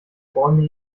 bäume